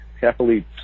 happily